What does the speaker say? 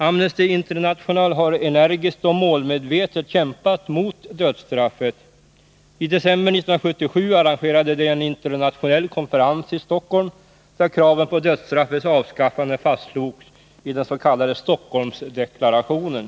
Amnesty International har energiskt och målmedvetet kämpat mot dödsstraffet. I december 1977 arrangerade organisationen en internationell konferens i Stockholm, där kraven på dödsstraffets avskaffande fastslogs i den s.k. Stockholmsdeklarationen.